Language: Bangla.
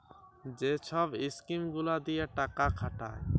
যে ছব ইস্কিম গুলা দিঁয়ে টাকা খাটায়